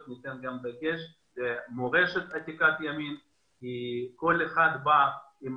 ניתן גם דגש על מורשת עתיקת ימים כי כל אחד בא עם